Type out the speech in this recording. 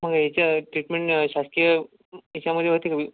मग याची ट्रीटमेंट शासकीय याच्यामध्ये होते काही